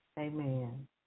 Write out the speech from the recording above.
Amen